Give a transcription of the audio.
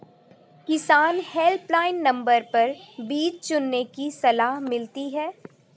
किसान helpline number पर बीज चुनने की सलाह मिलती है